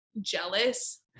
jealous